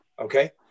Okay